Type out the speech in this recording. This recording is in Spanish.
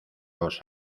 los